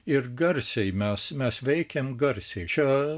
ir garsiai mes mes veikėm garsiai čia